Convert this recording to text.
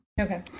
Okay